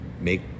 make